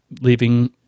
leaving